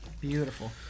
Beautiful